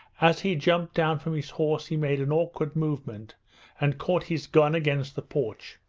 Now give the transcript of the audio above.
as he jumped down from his horse he made an awkward movement and caught his gun against the porch,